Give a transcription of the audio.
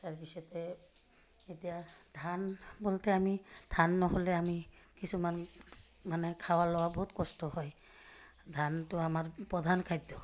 তাৰ পিছতে এতিয়া ধান আমি ধান নহ'লে আমি কিছুমান মানে খোৱা লোৱা বহুত কষ্ট হয় ধানটো আমাৰ প্ৰধান খাদ্য